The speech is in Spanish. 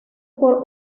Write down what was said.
por